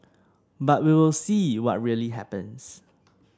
but we will see what really happens